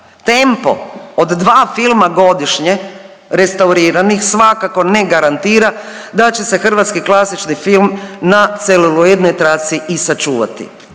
tempo od 2 filma godišnje restauriranih svakako ne garantira da će se hrvatski klasični film na celuloidnoj traci i sačuvati.